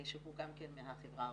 שהוא גם כן מהחברה הערבית.